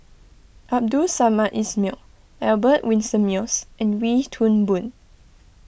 Abdul Samad Ismail Albert Winsemius and Wee Toon Boon